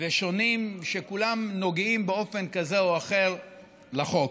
ושונים שכולם נוגעים באופן כזה או אחר לחוק.